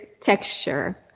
texture